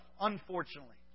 unfortunately